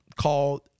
called